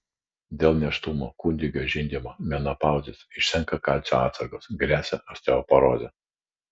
dėl nėštumo kūdikio žindymo menopauzės išsenka kalcio atsargos gresia osteoporozė